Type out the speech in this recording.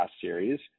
series